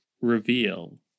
reveal